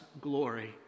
glory